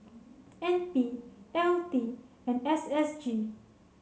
N P L T and S S G